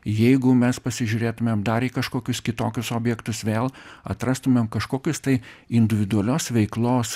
jeigu mes pasižiūrėtumėm dar į kažkokius kitokius objektus vėl atrastumėm kažkokius tai individualios veiklos